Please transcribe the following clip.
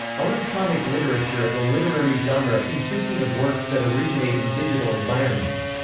electronic literature is a literary genre consisting of works that originate in digital environments.